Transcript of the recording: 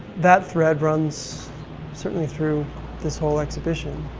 that thread runs certainly through this whole exhibition.